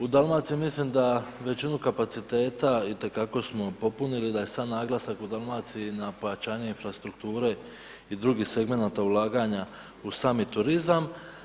U Dalmaciji mislim da većinu kapaciteta itekako smo popunili da je sav naglasak u Dalmaciji na pojačanje infrastrukture i drugih segmenata ulaganja u sami turizam.